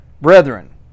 Brethren